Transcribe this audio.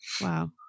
Wow